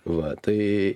va tai